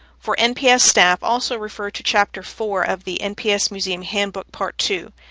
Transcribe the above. for nps staff, also refer to chapter four of the nps museum handbook, part two,